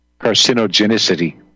carcinogenicity